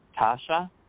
Tasha